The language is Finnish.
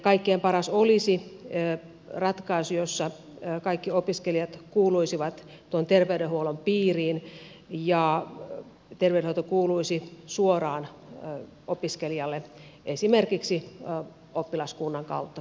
kaikkein paras olisi ratkaisu jossa kaikki opiskelijat kuuluisivat tuon terveydenhuollon piiriin ja terveydenhuolto kuuluisi suoraan opiskelijalle esimerkiksi oppilaskunnan kautta kuuluvaksi